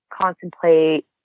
contemplate